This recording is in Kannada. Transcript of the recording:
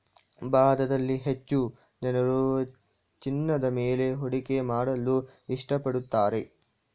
ಭಾರತದಲ್ಲಿ ಹೆಚ್ಚು ಜನರು ಚಿನ್ನದ ಮೇಲೆ ಹೂಡಿಕೆ ಮಾಡಲು ಇಷ್ಟಪಡುತ್ತಾರೆ